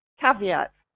caveats